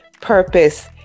purpose